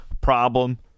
problem